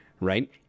right